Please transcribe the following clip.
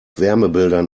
wärmebildern